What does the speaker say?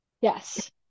Yes